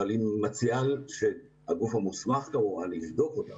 אבל היא מציעה שהגוף המוסמך כמובן יבדוק אותם.